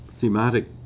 thematic